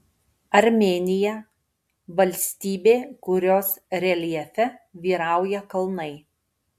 armėnija valstybė kurios reljefe vyrauja kalnai